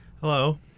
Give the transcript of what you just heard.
Hello